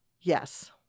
Yes